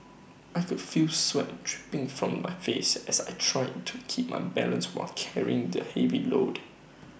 I could feel sweat dripping from my face as I tried to keep my balance while carrying the heavy load